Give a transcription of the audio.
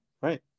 right